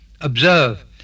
Observe